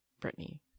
Britney